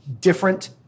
different